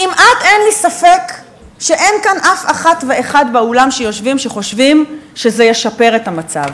כמעט אין לי ספק שאין כאן אף אחת ואחד באולם שחושב שזה ישפר את המצב.